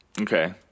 Okay